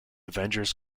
avengers